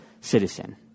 citizen